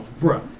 bro